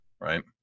right